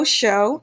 show